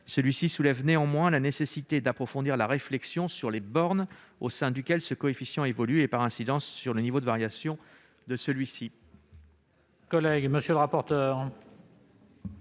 il souligne néanmoins la nécessité d'approfondir la réflexion sur les bornes au sein desquelles ce coefficient évolue et, par incidence, sur le niveau de variation de celui-ci.